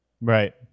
Right